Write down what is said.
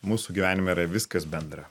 mūsų gyvenime yra viskas bendra